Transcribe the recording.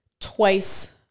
twice